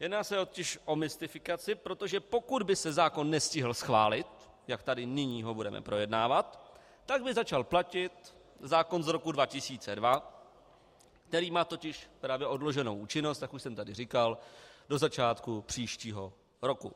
Jedná se totiž o mystifikaci, protože pokud by se zákon nestihl schválit, jak ho tady nyní budeme projednávat, tak by začal platit zákon z roku 2002, který má totiž právě odloženou účinnost, jak už jsem říkal, do začátku příštího roku.